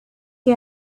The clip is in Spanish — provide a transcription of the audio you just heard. que